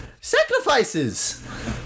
Sacrifices